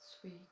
sweet